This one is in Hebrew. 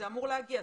זה אמור להגיע.